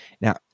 Now